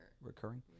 Recurring